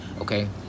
okay